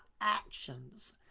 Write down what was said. actions